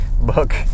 book